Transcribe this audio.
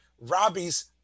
Robbie's